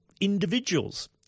individuals